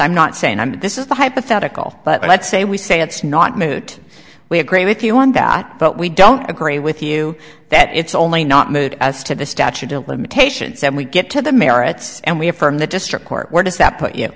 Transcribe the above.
i'm not saying i'm in this is the hypothetical but let's say we say it's not moot we agree with you on that but we don't agree with you that it's only not moved as to the statute of limitations and we get to the merits and we affirm the district court where does that put you